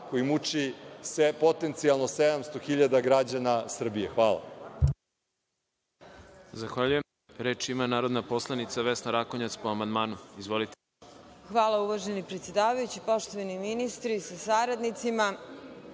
koji muči sve, potencijalno 700.000 građana Srbije. Hvala.